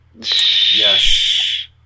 Yes